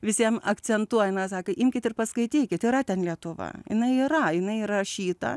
visiem akcentuoja na sako imkit ir paskaitykit yra ten lietuva jinai yra jinai įrašyta